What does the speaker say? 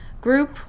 group